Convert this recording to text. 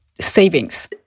savings